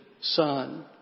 Son